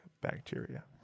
bacteria